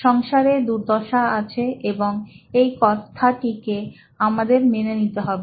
সংসারে দুর্দশা আছে এবং এই কথাটিকে আমাদের মেনে নিতে হবে